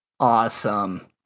Awesome